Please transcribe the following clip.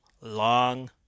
Long